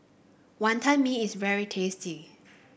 Wantan Mee is very tasty